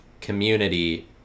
community